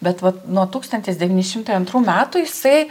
bet vat nuo tūkstantis devyni šimtai antrų metų jisai